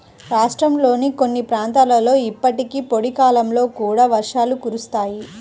రాష్ట్రంలోని కొన్ని ప్రాంతాలలో ఇప్పటికీ పొడి కాలంలో కూడా వర్షాలు కురుస్తాయి